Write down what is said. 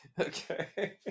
Okay